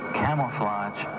camouflage